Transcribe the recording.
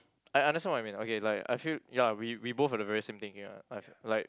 I understand what you mean okay like I feel ya we we both have the very same thing ya I've like